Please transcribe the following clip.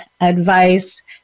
advice